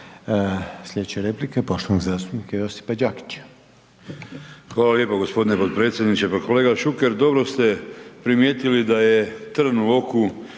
Sljedeća replika je poštovanog zastupnika Franje Lucića.